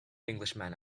englishman